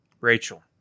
Rachel